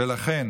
ולכן